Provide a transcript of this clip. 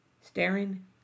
staring